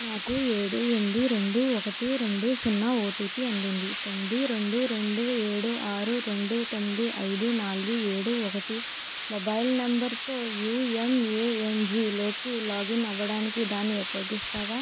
నాకు ఏడు ఎనిమిది రెండు ఒకటి రెండు సున్నా ఓటీపీ అందింది తొమ్మిది రెండు రెండు ఏడు ఆరు రెండు తొమ్మిది ఐదు నాలుగు ఏడు ఒకటి మొబైల్ నంబరుతో యుఎమ్ఏఎన్జీలోకి లాగిన్ అవ్వడానికి దాన్ని ఉపయోగిస్తావా